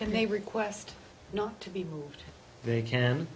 can they request not to be moved they can